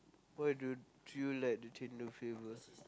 why don't you like the chendol flavour